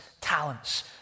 talents